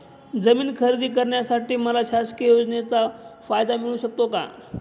जमीन खरेदी करण्यासाठी मला शासकीय योजनेचा फायदा मिळू शकतो का?